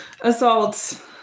assault